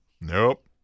nope